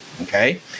okay